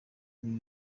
ibi